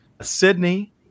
Sydney